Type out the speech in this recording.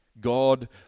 God